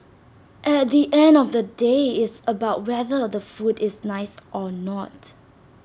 at the end of the day it's about whether the food is nice or not